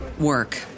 work